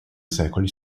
secoli